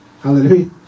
Hallelujah